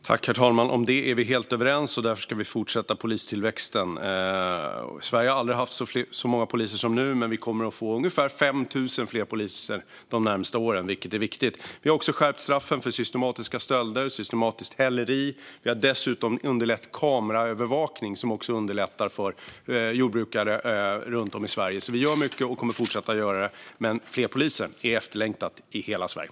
Herr talman! Om det är vi helt överens. Därför ska vi fortsätta med polistillväxten. Sverige har aldrig haft så många poliser som nu. Men vi kommer att få ungefär 5 000 fler poliser under de närmaste åren, vilket är viktigt. Vi har också skärpt straffen för systematiska stölder och systematiskt häleri. Vi har dessutom infört kameraövervakning, som underlättar för jordbrukare runt om i Sverige. Vi gör alltså mycket och kommer att fortsätta att göra det. Men det är efterlängtat med fler poliser i hela Sverige.